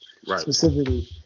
specifically